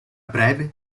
breve